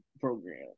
program